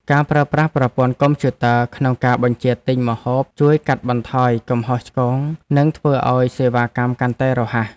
ការប្រើប្រាស់ប្រព័ន្ធកុំព្យូទ័រក្នុងការបញ្ជាទិញម្ហូបជួយកាត់បន្ថយកំហុសឆ្គងនិងធ្វើឱ្យសេវាកម្មកាន់តែរហ័ស។